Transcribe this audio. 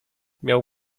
miał